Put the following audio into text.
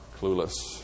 clueless